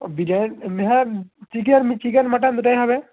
ও বিরিয়ানি হ্যাঁ chicken chicken mutton দুটোই হবে